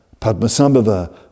Padmasambhava